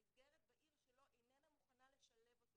המסגרת בעיר שלו איננה מוכנה לשלב אותו,